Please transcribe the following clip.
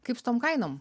kaip su tom kainom